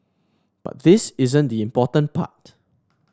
but this isn't the important part